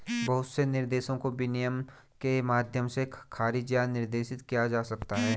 बहुत से निर्देशों को विनियमन के माध्यम से खारिज या निर्देशित किया जा सकता है